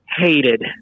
hated